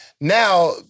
Now